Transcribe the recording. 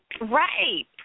right